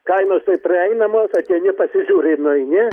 kainos tai prieinamos ateini pasižiūri ir nueini